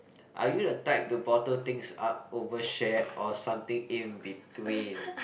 are you the type to bottle things up over share or something in between